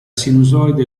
sinusoide